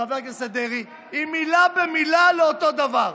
חבר הכנסת דרעי, היא מילה במילה אותו דבר.